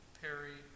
Perry